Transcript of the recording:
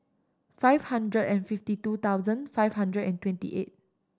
five hundred and fifty two thousand five hundred and twenty eight